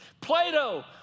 Plato